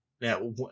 Now